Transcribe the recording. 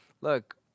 look